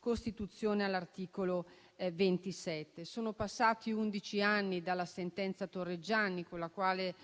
Costituzione all'articolo 27. Sono passati undici anni dalla sentenza Torreggiani, con la quale